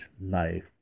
life